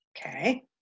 Okay